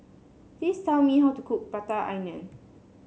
please tell me how to cook Prata Onion